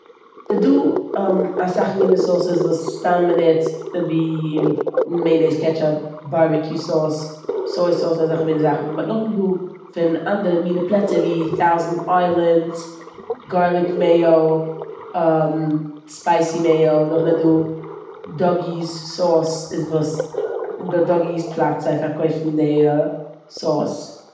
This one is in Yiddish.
ס'דא אסאל מינע סאוסעס וואס סתם מ'נוצט ווי מעיאנעז, קעטשאפ, בארבעריו סאוס, סוי סאואס און אזעלכע מינע זאכן באט נאכדעם איז דא פון אנדערע מינע פלעצער ויי טייזענד איילענדס, גארליק מעיא, ספייסי מעיא, נאכדעם איז דא דאגיס סאוס איז וואס די דאגיס פלאץ זיי פארקויפן די סאוס.